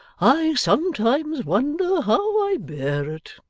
i sometimes wonder how i bear it